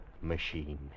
machine